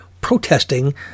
protesting